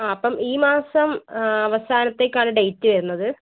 ആ അപ്പം ഈ മാസം അവസാനത്തേക്കാണ് ഡേറ്റ് വരുന്നത്